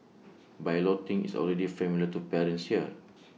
balloting is already familiar to parents here